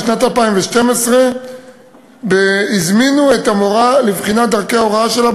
בשנת 2012 הזמינו את המורה לבחינת דרכי ההוראה שלה,